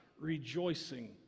rejoicing